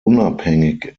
unabhängig